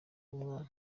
umwana